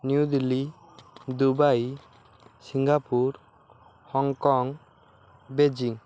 new Delhi Dubai Singapore Hong Kong Beijing